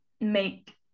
make